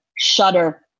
shudder